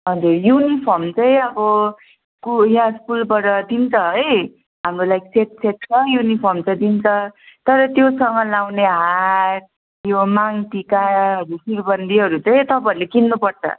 अन्त युनिफर्म चाहिँ अब कु या स्कुलबाट दिन्छ है हामीहरूलाई सेट सेटमा युनिफर्म चाहिँ दिन्छ तर त्योसँग लगाउने हार यो माग टिकाहरू सिरबन्दीहरू चाहिँ तपाईँहरूले किन्नुपर्छ